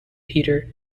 peter